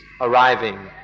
arriving